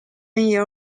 year